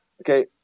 Okay